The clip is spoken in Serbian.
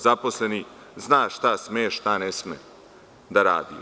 Zaposleni zna šta sme šta ne sme da radi.